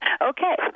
Okay